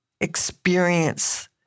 experience